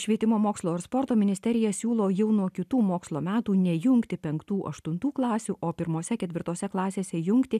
švietimo mokslo ir sporto ministerija siūlo jau nuo kitų mokslo metų nejungti penktų aštuntų klasių o pirmose ketvirtose klasėse jungti